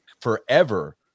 forever